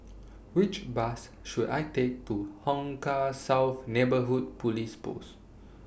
Which Bus should I Take to Hong Kah South Neighbourhood Police Post